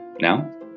Now